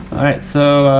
all right, so,